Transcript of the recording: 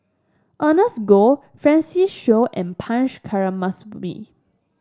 Ernest Goh Francis Seow and Punch